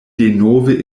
denove